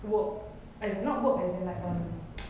work as in not work as in like err